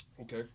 okay